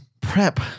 prep